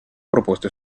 proposte